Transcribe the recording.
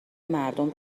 مردم